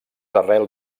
arrel